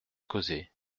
causer